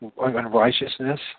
unrighteousness